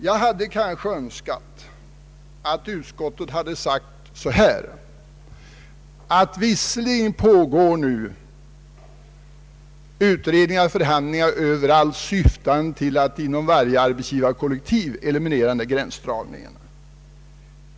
Jag hade kanske önskat att utskottet skulle ha sagt så här: Visserligen pågår nu utredningar och förhandlingar syftande till att inom varje arbetsgivarkollektiv eliminera dessa gränsdragningar.